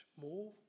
more